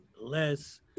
less